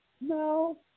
No